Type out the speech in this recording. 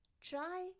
Try